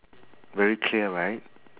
very clear right